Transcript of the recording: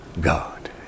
God